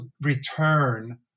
return